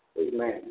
Amen